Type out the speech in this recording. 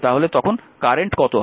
তাহলে তখন কারেন্ট কত হবে